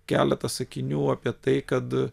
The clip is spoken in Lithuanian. keletą sakinių apie tai kad